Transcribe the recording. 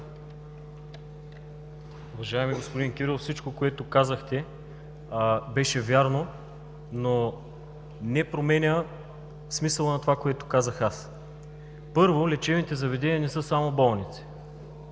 Уважаеми господин Кирилов, всичко, което казахте, беше вярно, но не променя смисъла на това, което казах аз. Първо, лечебните заведения не са само болници.